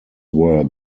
were